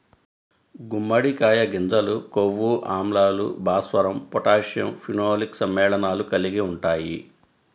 గుమ్మడికాయ గింజలు కొవ్వు ఆమ్లాలు, భాస్వరం, పొటాషియం, ఫినోలిక్ సమ్మేళనాలు కలిగి ఉంటాయి